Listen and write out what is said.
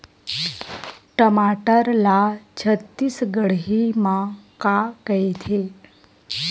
टमाटर ला छत्तीसगढ़ी मा का कइथे?